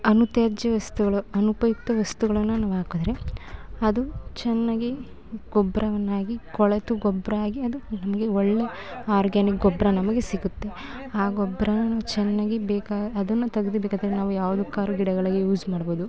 ಅನುತ್ಯಾಜ್ಯ ವಸ್ತುಗಳು ಅನುಪಯುಕ್ತ ವಸ್ತುಗಳನ್ನು ನಾವು ಹಾಕಿದ್ರೆ ಅದು ಚೆನ್ನಾಗಿ ಗೊಬ್ಬರವನ್ನಾಗಿ ಕೊಳೆತು ಗೊಬ್ಬರ ಆಗಿ ಅದು ನಮಗೆ ಒಳ್ಳೆ ಆರ್ಗ್ಯಾನಿಕ್ ಗೊಬ್ಬರ ನಮಗೆ ಸಿಗುತ್ತೆ ಆ ಗೊಬ್ಬರವನ್ನು ನಾವು ಚೆನ್ನಾಗಿ ಬೇಕಾ ಅದನ್ನು ತೆಗ್ದಿಡಬೇಕಾದ್ರೆ ನಾವು ಯಾವುದಕ್ಕಾದ್ರು ಗಿಡಗಳಿಗೆ ಯೂಸ್ ಮಾಡ್ಬೋದು